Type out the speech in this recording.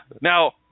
Now